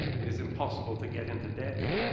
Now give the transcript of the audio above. it is impossible to get into debt.